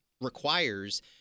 requires